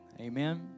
Amen